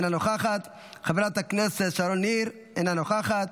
אינה נוכחת, חברת הכנסת שרון ניר, אינה נוכחת,